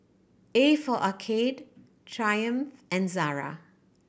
A for Arcade Triumph and Zara